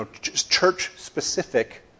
church-specific